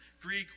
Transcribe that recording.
Greek